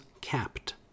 capped